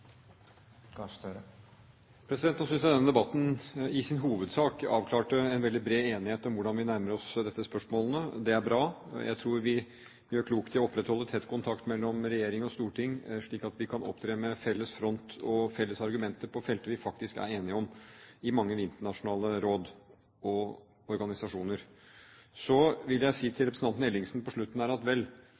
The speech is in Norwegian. hovedsak avklarte en bred enighet om hvordan vi nærmer oss disse spørsmålene. Det er bra. Jeg tror vi gjør klokt i å opprettholde tett kontakt mellom regjering og storting, slik at vi kan opptre med felles front og felles argumenter på felt vi faktisk er enige om i mange internasjonale råd og organisasjoner. Så vil jeg si til representanten Ellingsen at jeg vil være varsom med å snakke ned vårt omdømme på